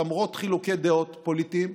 למרות חילוקי דעות פוליטיים,